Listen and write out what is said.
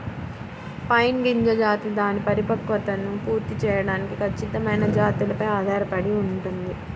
pine గింజ జాతి దాని పరిపక్వతను పూర్తి చేయడానికి ఖచ్చితమైన జాతులపై ఆధారపడి ఉంటుంది